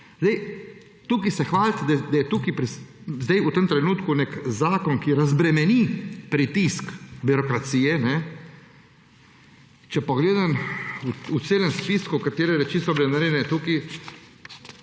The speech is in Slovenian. Tukaj se hvalite, da je sedaj v tem trenutku nek zakon, ki razbremeni pritisk birokracije. Če pogledam v celem spisku, katere reči so bile narejene tukaj,